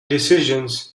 decisions